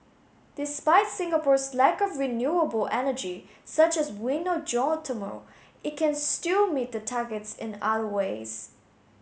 despite Singapore's lack of renewable energy such as wind or geothermal it can still meet the targets in other ways